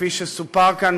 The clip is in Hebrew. כפי שסופר כאן,